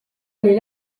oli